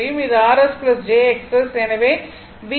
இது rs jXS எனவே VIrs jIXS